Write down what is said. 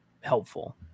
helpful